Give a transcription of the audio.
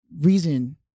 reason